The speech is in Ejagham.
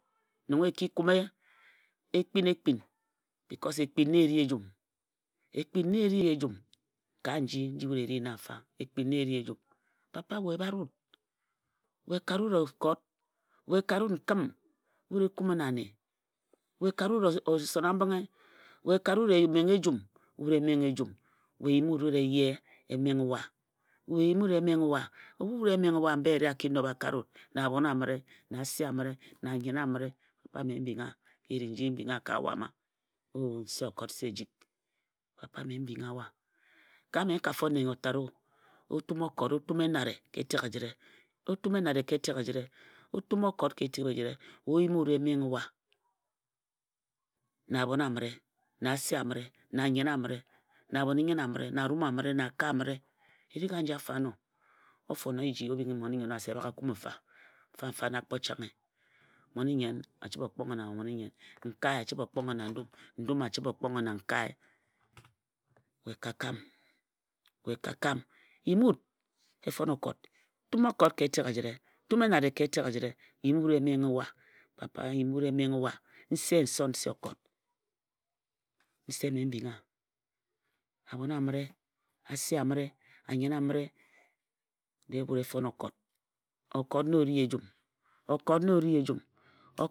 Nong e kame e kpin ekpin bicos ekpin nae ri ejum ekpin na eri ejum, ka nji nji wu e ri nna mfa ekpin na e ri ejum apa we bat wut we kare wut okot, we kare wut nkim wut e kume na ane we kare wut osona-mbinghe, we kare wut omengha-ejum wut e menghe ejam. Yim wut wut eye e naenghe wa. Ebhu e menghe wa mba eyere a ki nob a kare wut. Na abhon amire na ase amire na akae amire na anyen a mire papa mme m bing wa ka erik nji m bing wa ka awa mma nse okot nse ejik. Papa mme m bingha wa ka mme n ka fon nne nyo tat o. O tum okot, o tum enare ka etek ejire, o tum okot ka efek ejire. O yim wut e menghe wa na abhon amire, na ase amire na anye amire na abhon-i-nnyen amire na arum amire, na akae amire. Eric aji afo ano o fon eji o bhing mmon-i-nnyen owo se bak e kume mfafamfa na kpo changhe. Mmon-i-nnyen a chibe okponghe na mmon-i-nnyen. Nkae a chibhe okponghe na ndum, Ndum a chibhe okonghe na nkae. We ka kam we ka kam. Yim wut e fon okot tum okot ka etek ejire, tum enare ka etek ejire yim wut e menghe wa papa yim wut e menghe wa. Nse nson nse okot Nse mme m bing wa. Abhon amire Anyen amire Ase amire dee wut e fon okot.